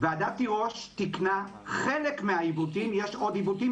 ועדת תירוש תיקנה חלק מהעיוותים יש עוד עיוותים,